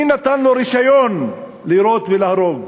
מי נתן לו רישיון לירות ולהרוג?